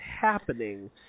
happening